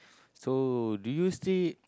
so do you still